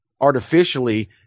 artificially